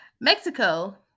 Mexico